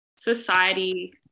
society